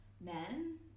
men